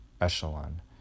echelon